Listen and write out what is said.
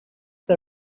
the